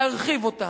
להרחיב אותן,